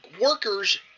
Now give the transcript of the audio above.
workers